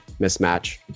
mismatch